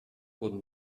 wurden